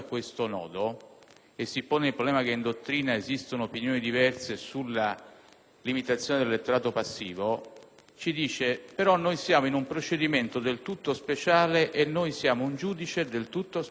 e si pone il problema che in dottrina esistono opinioni diverse sulla limitazione dell'elettorato passivo, afferma che noi siamo in un procedimento del tutto speciale e siamo un giudice del tutto speciale.